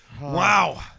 Wow